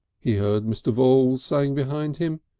he heard mr. voules saying behind him,